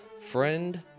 Friend